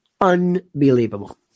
unbelievable